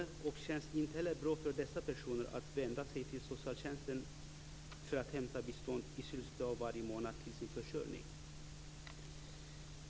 Dessutom känns det inte bra för dessa personer att behöva vända sig till socialtjänsten för att i slutet av varje månad hämta bistånd till sin försörjning.